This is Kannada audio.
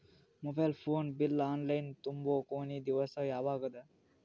Mobile phone bill online ತುಂಬೊ ಕೊನಿ ದಿವಸ ಯಾವಗದ?